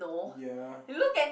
ya